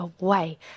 away